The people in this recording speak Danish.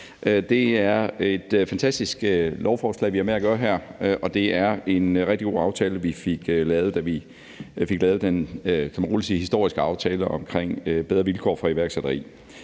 Det er et fantastisk lovforslag, vi har med at gøre her, og det var en rigtig god aftale, vi fik lavet, da vi fik lavet den, kan man roligt sige, historiske aftale omkring bedre vilkår for iværksætteri.